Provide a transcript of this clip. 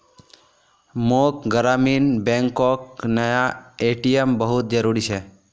मोक ग्रामीण बैंकोक नया ए.टी.एम बहुत जरूरी छे